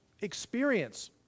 experience